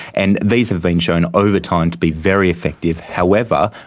and these have been shown over time to be very effective. however,